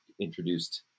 introduced